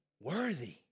worthy